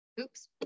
oops